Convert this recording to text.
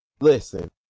listen